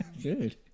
Good